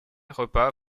repas